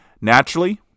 Naturally